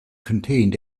contained